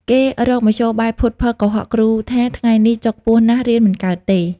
គេរកមធ្យោបាយភូត ភរ កុហកគ្រូថា ថ្ងៃនេះចុកពោះណាស់រៀនមិនកើតទេ ។